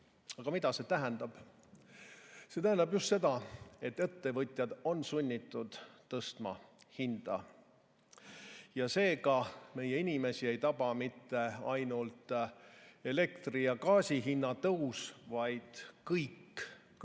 mida see tähendab? See tähendab just seda, et ettevõtjad on sunnitud tõstma hinda. Seega, meie inimesi ei taba mitte ainult elektri ja gaasi hinna tõus, vaid kõik